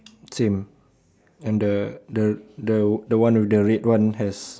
same and the the the the one with the red one has